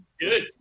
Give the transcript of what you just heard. Good